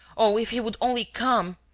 oh, if he would only come!